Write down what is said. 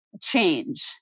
change